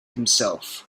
himself